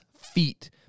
feet